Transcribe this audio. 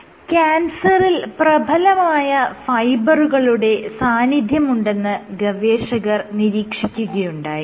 ക്യാൻസറിൽ പ്രബലമായ ഫൈബറുകളുടെ സാന്നിധ്യമുണ്ടെന്ന് ഗവേഷകർ നിരീക്ഷിക്കുകയുണ്ടായി